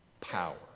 power